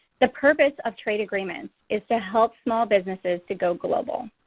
the purpose of trade agreements is to help small businesses to go global.